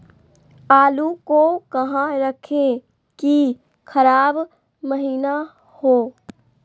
आलू को कहां रखे की खराब महिना हो?